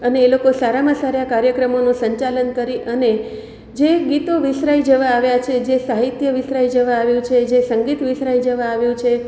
અને એ લોકો સારામાં સારા કાર્યક્રમોનું સંચાલન કરી અને જે ગીતો વિસરાઈ જવા આવ્યાં છે જે સાહિત્ય વિસરાઈ જવા આવ્યું છે જે સંગીત વિસરાઈ જવા આવ્યું છે